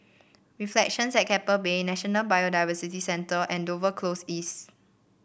Reflections at Keppel Bay National Biodiversity Centre and Dover Close East